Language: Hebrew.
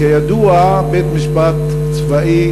כידוע, בית-משפט צבאי